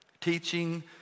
teaching